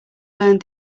learned